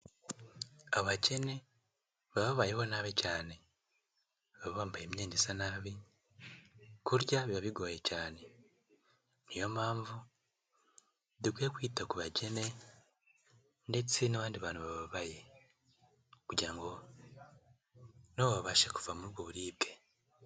Abakene baba bayeho nabi cyane, baba bambaye imyenda isa nabi, kurya biba bigoye cyane, ni yo mpamvu dukwiye kwita ku bakene ndetse n'abandi bantu bababaye, kugira ngo na bo babashe kuva muri ubwo buribwe.